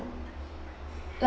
like